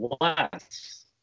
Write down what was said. less